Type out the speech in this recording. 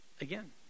again